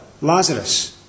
Lazarus